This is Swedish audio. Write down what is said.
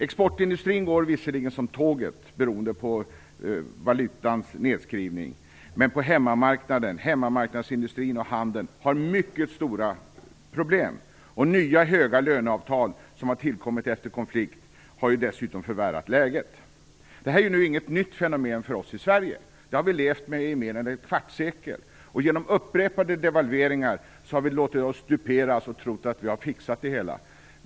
Exportindustrin går visserligen som tåget, beroende på valutans nedskrivning, men hemmamarknadsindustrin och handeln har mycket stora problem. Nya höga löneavtal som tillkommit efter konflikt har dessutom förvärrat läget. Det här är inget nytt fenomen för oss i Sverige, utan det har vi levt med i mer än ett kvartssekel. Genom upprepade devalveringar har vi låtit oss duperas och trott att vi har fixat det hela.